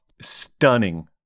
stunning